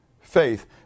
faith